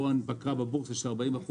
או הנפקה בבורסה של 40%,